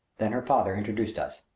then her father introduced us.